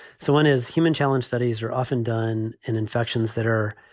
so when is human challenge? studies are often done and infections that are,